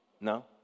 No